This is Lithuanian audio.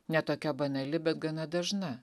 ne tokia banali bet gana dažna